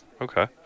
Okay